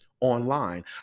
online